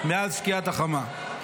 מאז שקיעת החמה.